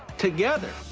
together.